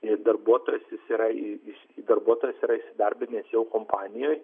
jei darbuotojas jis yra darbuotojas yra įsidarbinęs jau kompanijoj